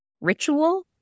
ritual